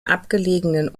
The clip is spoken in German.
abgelegenen